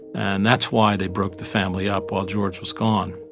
and that's why they broke the family up while george was gone.